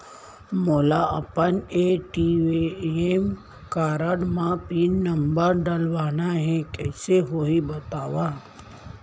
मोला अपन ATM card म पिन नंबर डलवाना हे कइसे होही बतावव?